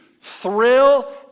thrill